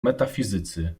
metafizycy